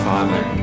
Father